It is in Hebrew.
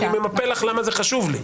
אני אומר לך למה זה חשוב לי.